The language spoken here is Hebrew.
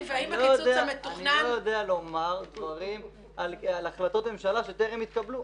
אני לא יודע לומר דברים על החלטות ממשלה שטרם התקבלו.